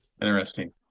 Interesting